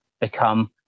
become